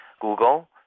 Google